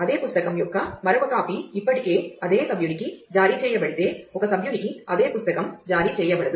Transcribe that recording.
అదే పుస్తకం యొక్క మరొక కాపీ ఇప్పటికే అదే సభ్యునికి జారీ చేయబడితే ఒక సభ్యునికి అదే పుస్తకం జారీ చేయబడదు